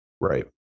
Right